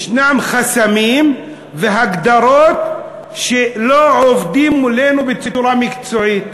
יש חסמים והגדרות ולא עובדים מולנו בצורה מקצועית.